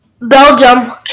Belgium